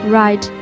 right